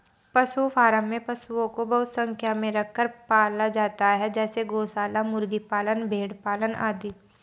पशु फॉर्म में पशुओं को बहुत संख्या में रखकर पाला जाता है जैसे गौशाला, मुर्गी पालन, भेड़ पालन आदि